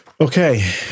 Okay